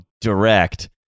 direct